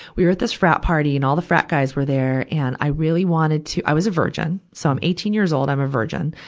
we were at this frat party, and all the frat guys were there. and i really wanted to i was a virgin. so, i'm eighteen years old i'm a virgin.